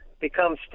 become